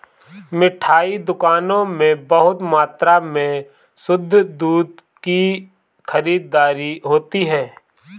मिठाई दुकानों में बहुत मात्रा में शुद्ध दूध की खरीददारी होती है